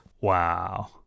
Wow